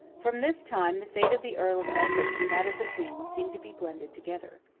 from this time the fate of the earl of essex and that of the queen seemed to be blended together.